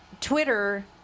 Twitter